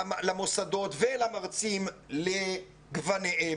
למוסדות ולמרצים לגווניהם,